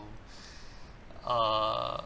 err